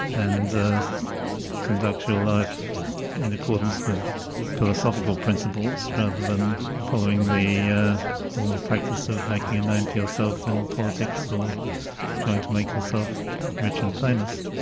and conduct your life in accordance with philosophical principles rather than following the normal practice of making a name for yourself in politics or trying to make yourself rich and famous.